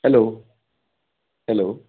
hello hello